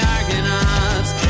Argonauts